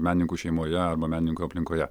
menininkų šeimoje arba menininkų aplinkoje